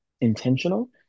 intentional